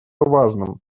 важным